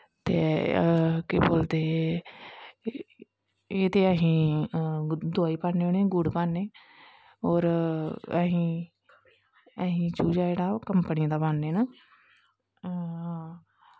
ते केह् बोलदे एह्दी अस दवाई पान्नें होन्ने गुड़ पान्नें होर अस अस चूजा जेह्ड़ा कंपनी दा पान्नें होन्ने